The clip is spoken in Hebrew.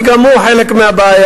כי גם הוא חלק מהבעיה.